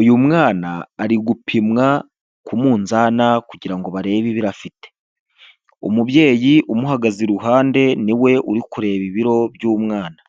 Uyu mwana ari gupimwa ku munzana kugira ngo barebe ibiro afite, umubyeyi umuhagaze iruhande niwe uri kureba ibiro by'umwana,